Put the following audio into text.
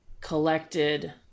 collected